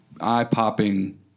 eye-popping